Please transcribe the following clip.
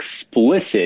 explicit